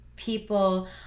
people